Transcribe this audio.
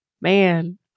man